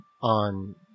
On